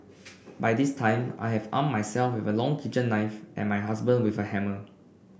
by this time I have armed myself with a long kitchen knife and my husband with a hammer